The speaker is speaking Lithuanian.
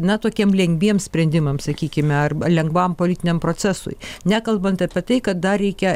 na tokiem lengviem sprendimam sakykime arba lengvam politiniam procesui nekalbant apie tai kad dar reikia